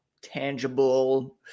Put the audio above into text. tangible